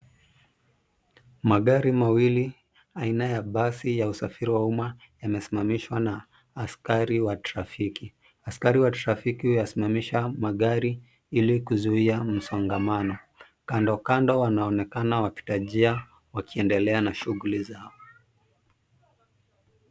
Magari mawili aina ya basi ya usafiri wa umma yamesimamishwa na askari wa trafiki. Askari wa trafiki huyasimamisha magari ili kuzuia msongamano. Kandokando wanaonekana wapita njia, wakiendelea na shughuli zao.